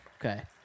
Okay